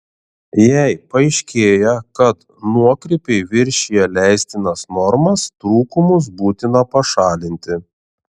jei paaiškėja kad nuokrypiai viršija leistinas normas trūkumus būtina pašalinti